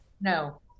No